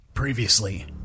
Previously